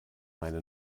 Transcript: meine